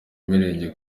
mirenge